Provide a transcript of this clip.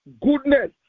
Goodness